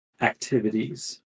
activities